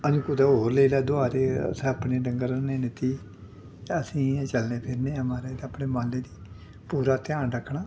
अज्ज कुदै होर लेई लै दोहार ते असें अपने डंगर न लेते दे अस इ'यां चलने फिरने आं म्हाराज ते अपने माल्लै दी पूरा ध्यान रक्खना